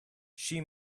she